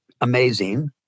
amazing